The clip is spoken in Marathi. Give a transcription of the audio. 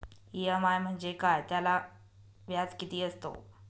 इ.एम.आय म्हणजे काय? त्याला व्याज किती असतो?